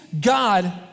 God